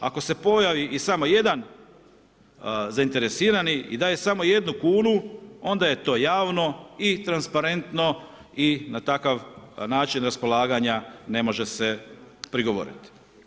Ako se pojavi i samo jedan zainteresirani i daje samo jednu kunu onda je to javno i transparentno i na takav način raspolaganja ne može se prigovoriti.